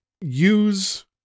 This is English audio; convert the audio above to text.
use